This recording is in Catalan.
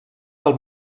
del